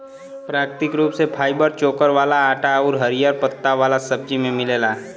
प्राकृतिक रूप से फाइबर चोकर वाला आटा आउर हरिहर पत्ता वाला सब्जी में मिलेला